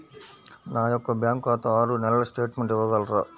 నా యొక్క బ్యాంకు ఖాతా ఆరు నెలల స్టేట్మెంట్ ఇవ్వగలరా?